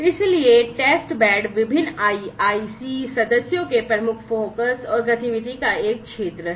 इसलिए टेस्टबेड्स विभिन्न आईआईसी सदस्यों के प्रमुख फोकस और गतिविधि का एक क्षेत्र हैं